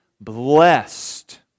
blessed